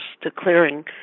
declaring